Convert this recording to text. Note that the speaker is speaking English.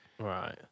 right